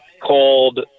called